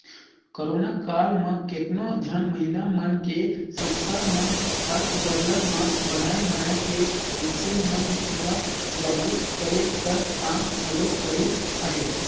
corona काल म केतनो झन महिला मन के संस्था मन हर सरलग मास्क बनाए बनाए के मइनसे मन ल जागरूक करे कर काम घलो करिन अहें